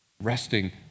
resting